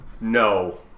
No